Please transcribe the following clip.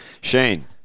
Shane